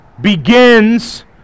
begins